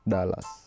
Dallas